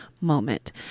moment